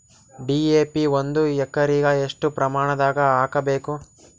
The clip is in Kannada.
ಡಿ.ಎ.ಪಿ ಒಂದು ಎಕರಿಗ ಎಷ್ಟ ಪ್ರಮಾಣದಾಗ ಹಾಕಬೇಕು?